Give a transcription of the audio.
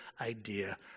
idea